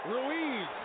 Ruiz